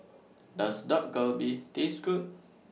Does Dak Galbi Taste Good